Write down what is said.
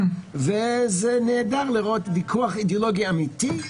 וזה נהדר לראות ויכוח אידיאולוגי אמיתי,